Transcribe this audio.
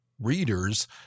readers